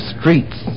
streets